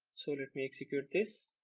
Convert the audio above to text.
sort of me execute this